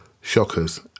shockers